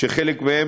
שחלק מהם